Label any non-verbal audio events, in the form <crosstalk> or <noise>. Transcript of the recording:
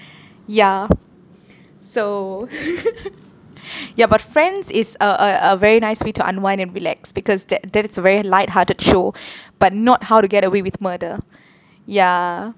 ya so <laughs> ya but friends is a a a very nice way to unwind and relax because that that is a very lighthearted show <breath> but not how to get away with murder ya